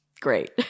great